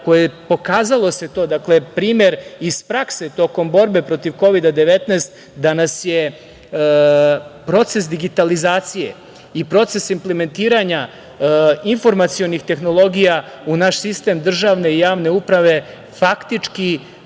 Pokazalo se to, primer iz prakse, tokom borbe protiv Kovida 19 da nas je proces digitalizacije i proces implementiranja informacionih tehnologija u naš sistem državne i javne uprave, faktički